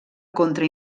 contra